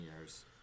years